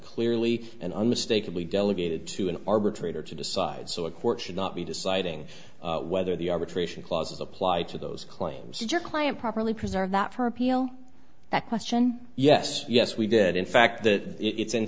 clearly and unmistakably delegated to an arbitrator to decide so a court should not be deciding whether the arbitration clause applied to those claims your client properly preserve that for appeal that question yes yes we did in fact that it's in